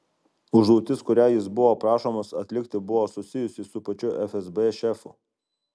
užduotis kurią jis buvo prašomas atlikti buvo susijusi su pačiu fsb šefu